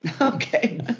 Okay